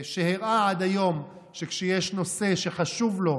שהראה עד היום שכשיש נושא שחשוב לו,